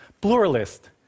pluralist